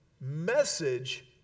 message